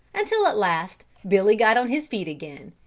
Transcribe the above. until at last billy got on his feet again,